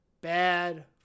bad